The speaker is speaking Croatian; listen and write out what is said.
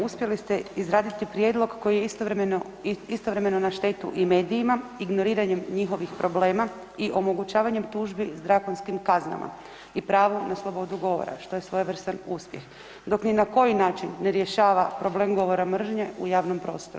Uspjeli ste izraditi prijedlog koji je istovremeno na štetu i medijima ignoriranjem njihovih problema i omogućavanjem tužbi s drakonskim kaznama i pravo na slobodu govora, što je svojevrstan uspjeh, dok ni na koji način ne rješava problem govora mržnje u javnom prostoru.